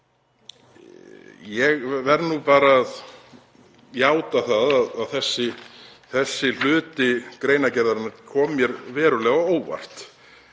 Ég verð nú bara að játa það að þessi hluti greinargerðarinnar kom mér verulega á óvart.